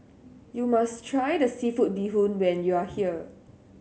you must try the seafood bee hoon when you are here